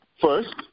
First